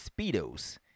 Speedos